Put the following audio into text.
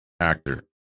actor